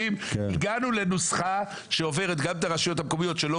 הגענו לנוסחה שעוברת גם את הרשויות המקומיות שמצד